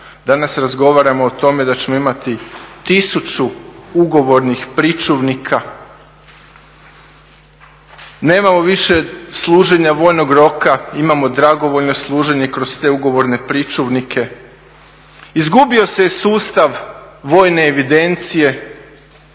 danas razgovaramo o tome da ćemo imati 1000 ugovornih pričuvnika, nemamo više služenja vojnog roka, imamo dragovoljno služenje kroz te ugovorne pričuvnike, izgubio se je sustav vojne evidencije,